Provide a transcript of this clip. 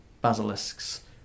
basilisks